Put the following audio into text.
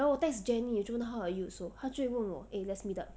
然后我 text jenny 就问她 how are you 的时候她就会问我 eh let's meet up